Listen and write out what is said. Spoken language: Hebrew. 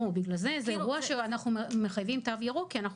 לכן זה אירוע שאנחנו מחייבים תו ירוק כי אנחנו